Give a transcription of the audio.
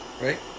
right